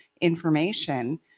information